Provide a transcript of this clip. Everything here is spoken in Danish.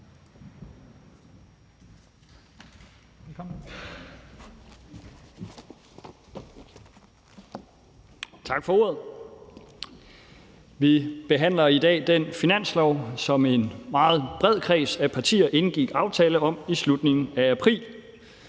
Tak for ordet. Vi behandler i dag den finanslov, som en meget bred kreds af partier indgik aftale om i slutningen af april,